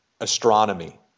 astronomy